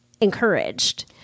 encouraged